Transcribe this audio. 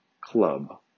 club